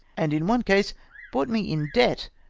and in one case brought me in debt,